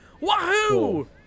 Wahoo